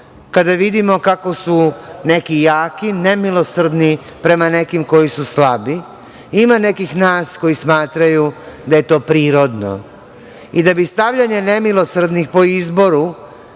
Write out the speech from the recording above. kada vidimo kako su neki jaki nemilosrdni prema nekim koji su slabi. Ima nekih nas koji smatraju da je to prirodno. I da bi stavljanje nemilosrdnih po izboru